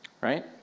right